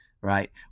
right